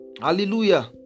Hallelujah